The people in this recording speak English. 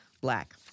black